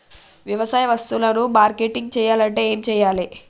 వ్యవసాయ వస్తువులు మార్కెటింగ్ చెయ్యాలంటే ఏం చెయ్యాలే?